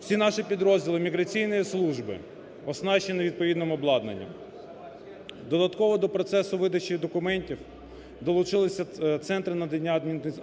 Всі наші підрозділи міграційної служби оснащені відповідним обладнанням. Додатково до процесу видачі документів долучилися центри надання